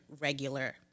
regular